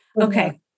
Okay